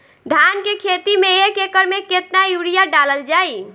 धान के खेती में एक एकड़ में केतना यूरिया डालल जाई?